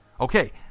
Okay